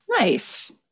Nice